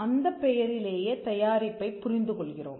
அந்தப் பெயரிலேயே தயாரிப்பைப் புரிந்துகொள்கிறோம்